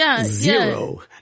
zero